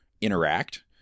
interact